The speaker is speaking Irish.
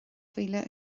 mhíle